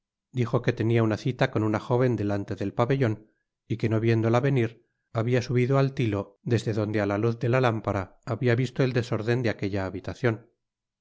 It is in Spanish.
dijo que tenia una cita con una jóvendelante del pabellon y que no viénddla venir habia subido al tilo desde donde á la luz de la lámpara habia yisto el desórden de aquella habitacion